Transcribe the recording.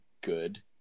good